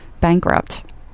bankrupt